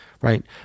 right